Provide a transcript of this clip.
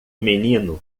menino